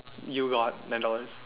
you got ten dollars